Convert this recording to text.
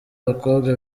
abakobwa